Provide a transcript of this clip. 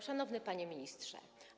Szanowny Panie Ministrze!